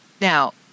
Now